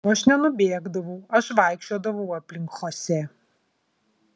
o aš nenubėgdavau aš vaikščiodavau aplink chosė